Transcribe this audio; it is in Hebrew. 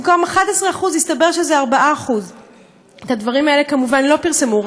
במקום 11% הסתבר שזה 4%. את הדברים האלה כמובן לא פרסמו,